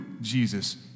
Jesus